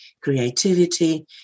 creativity